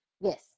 Yes